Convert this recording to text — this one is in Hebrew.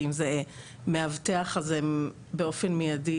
כי אם זה מאבטח אז הם באופן מיידי